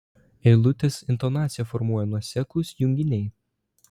eilutės intonaciją formuoja nuoseklūs junginiai